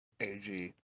AG